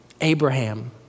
Abraham